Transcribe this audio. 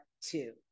two